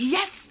Yes